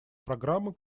программы